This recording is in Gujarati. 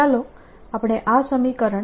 ચાલો આપણે આ સમીકરણ